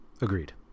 Agreed